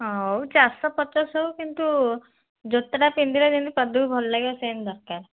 ହଉ ଚାରିଶହ ପଚାଶ ହଉ କିନ୍ତୁ ଜୋତାଟା ପିନ୍ଧିଲେ ଯେମିତି ପାଦକୁ ଭଲ ଲାଗିବ ସେମିତି ଦରକାର